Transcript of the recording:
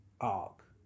arc